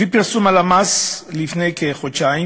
לפי פרסום הלמ"ס מלפני כחודשיים,